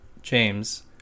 james